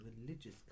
religious